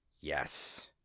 Yes